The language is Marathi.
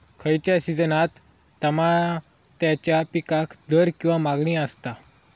खयच्या सिजनात तमात्याच्या पीकाक दर किंवा मागणी आसता?